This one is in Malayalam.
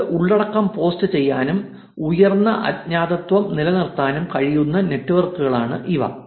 നിങ്ങൾക്ക് ഉള്ളടക്കം പോസ്റ്റുചെയ്യാനും ഉയർന്ന അജ്ഞാതത്വം നിലനിർത്താനും കഴിയുന്ന നെറ്റ്വർക്കുകളാണ് ഇവ